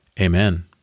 Amen